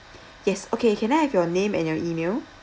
yes okay can I have your name and your email